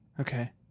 Okay